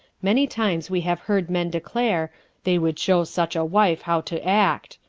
many times we have heard men declare they would show such a wife how to act,